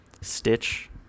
Stitch